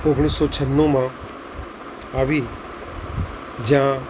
ઓગણીસો છન્નુંમાં આવી જ્યાં